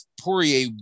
Poirier